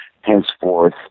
henceforth